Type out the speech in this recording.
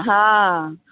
હા